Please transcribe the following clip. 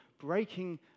breaking